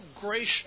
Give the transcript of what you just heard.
gracious